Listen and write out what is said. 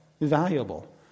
valuable